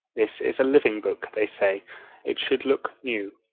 this is a living book they say it should look new.